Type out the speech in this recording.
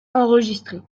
enregistrées